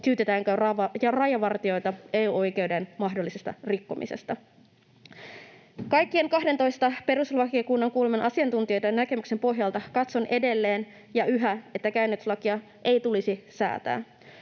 syytetäänkö rajavartijoita EU-oikeuden mahdollisesta rikkomisesta. Kaikkien kahdentoista perustuslakivaliokunnan kuuleman asiantuntijan näkemyksen pohjalta katson edelleen ja yhä, että käännytyslakia ei tulisi säätää.